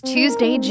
Tuesday